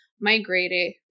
migrated